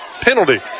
penalty